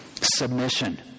Submission